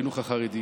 החינוך החרדי,